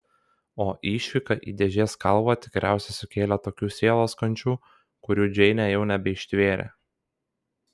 o išvyka į dėžės kalvą tikriausiai sukėlė tokių sielos kančių kurių džeinė jau nebeištvėrė